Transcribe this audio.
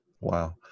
wow